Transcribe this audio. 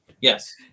Yes